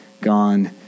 gone